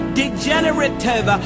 degenerative